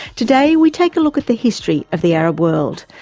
today we take a look at the history of the arab world,